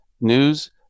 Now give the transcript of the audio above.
news